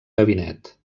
gabinet